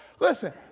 Listen